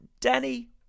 Danny